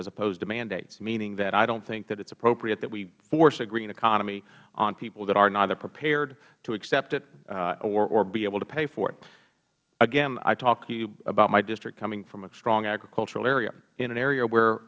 as opposed to mandates meaning that i don't think that it is appropriate that we force a green economy on people that are neither prepared to accept it or able to pay for it again i talk to you about my district coming from a strong agricultural area in an area where